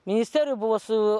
ministerijų buvo su